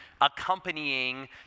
accompanying